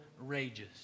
rages